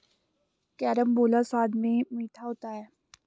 carambola स्वाद में मीठा होता है